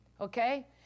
Okay